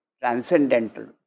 transcendental